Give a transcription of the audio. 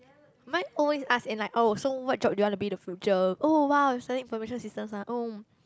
mine always ask in like oh so what job you want to be in the future oh !wow! you study information systems ah oh